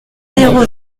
zéro